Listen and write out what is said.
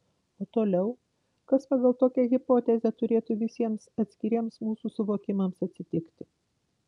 o toliau kas pagal tokią hipotezę turėtų visiems atskiriems mūsų suvokimams atsitikti